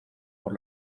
por